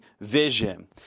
vision